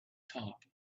top